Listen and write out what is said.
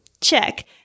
Check